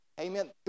Amen